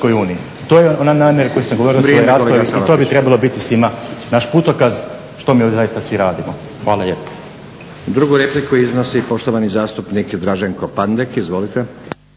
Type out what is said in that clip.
To je ona namjera o kojoj sam govorio u svojoj raspravi i to bi trebalo biti svima naš putokaz što mi ovdje zaista svi radimo. Hvala lijepo.